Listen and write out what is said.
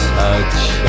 touch